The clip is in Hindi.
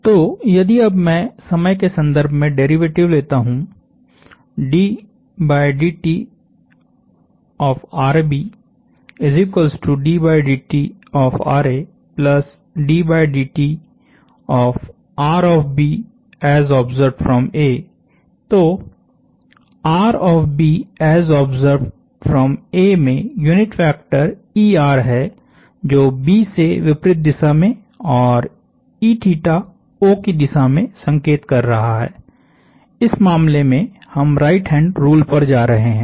तोयदि अब मैं समय के सन्दर्भ में डेरीवेटिव लेता हूं तो में यूनिट वेक्टर है जो B से विपरीत दिशा में औरO की दिशा में संकेत कर रहा है इस मामले में हम राइट हैंड रूल पर जा रहे हैं